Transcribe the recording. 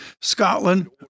Scotland